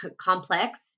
complex